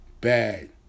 Bad